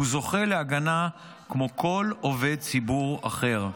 והוא זוכה להגנה כמו כל עובד ציבור אחר.